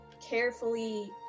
carefully